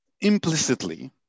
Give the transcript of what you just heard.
implicitly